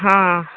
ହଁ